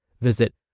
Visit